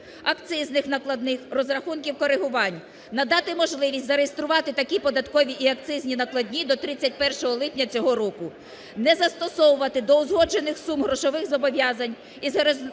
акцизних накладних, розрахунків коригувань. Надати можливість зареєструвати такі податкові і акцизні накладні до 31 липня цього року. Не застосовувати до узгоджених сум грошових зобов'язань із граничним